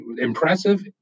impressive